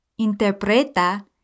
Interpreta